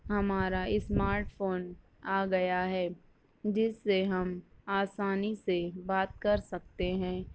ہمارا smart phone آ گیا ہے جس سے ہم آسانی سے بات کر سکتے ہیں